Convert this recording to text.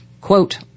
Quote